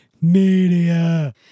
media